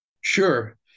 Sure